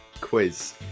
quiz